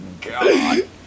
god